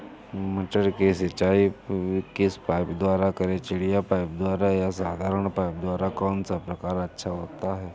मटर की सिंचाई किस पाइप द्वारा करें चिड़िया पाइप द्वारा या साधारण पाइप द्वारा कौन सा प्रकार अच्छा होता है?